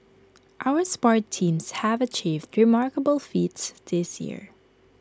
our sports teams have achieved remarkable feats this year